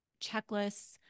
checklists